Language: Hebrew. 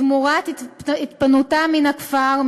תמורת התפנותם מן הכפר,